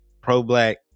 pro-black